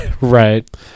Right